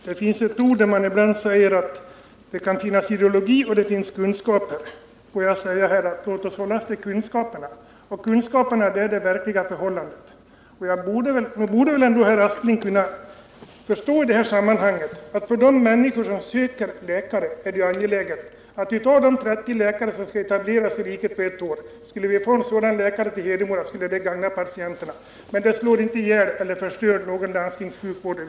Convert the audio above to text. Herr talman! Man brukar säga att det är fråga om både ideologi och kunskaper. Jag tycker att vi här skall hålla oss till kunskaperna om de verkliga förhållandena. Nog borde väl Sven Aspling kunna förstå, att det skulle vara till gagn för patienterna i Hedemora om vi kunde få dit en av de 30 privatläkarna som den här frågan gäller. Det skulle inte förstöra någon del av landstingssjukvården.